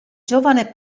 giovane